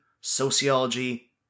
sociology